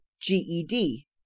GED